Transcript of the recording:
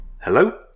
Hello